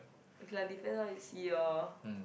it's like depends how you see orh